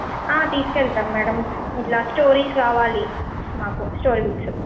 తీసుకెళ్తాం మ్యాడం ఇట్లా స్టోరీస్ కావాలి మాకు స్టోరీ బుక్స్